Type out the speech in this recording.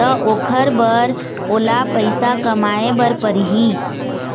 त ओखर बर ओला पइसा कमाए बर परही